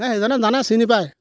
না সেইজনে জানে চিনি পাই